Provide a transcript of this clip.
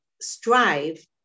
strive